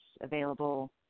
available